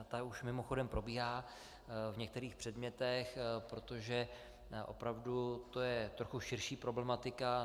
Ta už mimochodem probíhá v některých předmětech, protože opravdu je to trochu širší problematika.